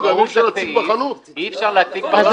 גם אי אפשר להציג בחנות.